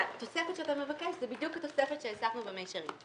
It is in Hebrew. התוספת שאתה מבקש זה בדיוק התוספת שהוספנו ב"במישרין".